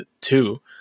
two